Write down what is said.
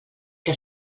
que